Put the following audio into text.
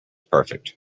perfect